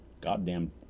goddamn